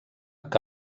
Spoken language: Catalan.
que